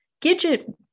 Gidget